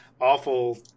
awful